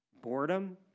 boredom